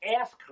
Ask